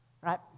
Right